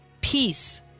peace